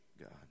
God